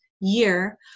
year